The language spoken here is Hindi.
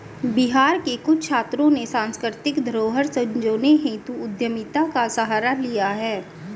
बिहार के कुछ छात्रों ने सांस्कृतिक धरोहर संजोने हेतु उद्यमिता का सहारा लिया है